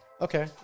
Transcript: Okay